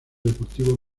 deportivo